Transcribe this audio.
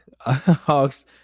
Hawks